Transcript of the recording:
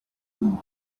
wind